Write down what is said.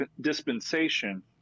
dispensation